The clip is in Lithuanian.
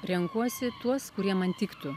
renkuosi tuos kurie man tiktų